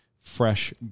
fresh